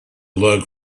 look